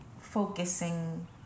focusing